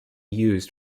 used